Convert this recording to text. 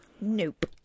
Nope